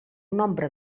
nombre